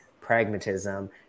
pragmatism